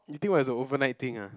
you think what is a overnight thing ah